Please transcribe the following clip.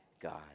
God